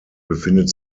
befindet